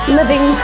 living